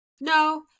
No